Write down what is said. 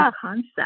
concept